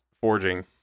forging